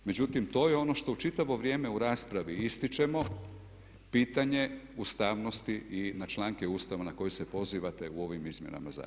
Međutim, to je ono što u čitavo vrijeme u raspravi ističemo pitanje ustavnosti i na članke Ustava na koje se pozivate u ovim izmjenama zakona.